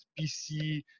PC